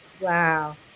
wow